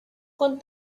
con